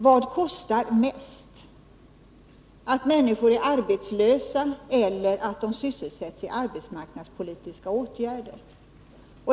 Vad kostar mest — att människor är arbetslösa eller att de sysselsätts i arbetsmarknadspolitiska åtgärder?